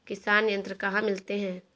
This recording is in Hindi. किसान यंत्र कहाँ मिलते हैं?